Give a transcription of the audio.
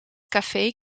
café